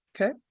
Okay